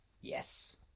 Yes